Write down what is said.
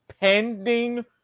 pending